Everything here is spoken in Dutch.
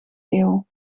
eeuw